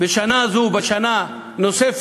בשנה זו, בשנה נוספת